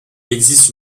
existe